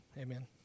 amen